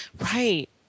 Right